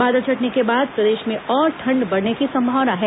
बादल छंटने के बाद प्रदेश में और ठंड बढ़ने की संभावना है